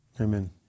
Amen